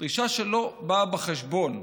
דרישה שלא באה בחשבון,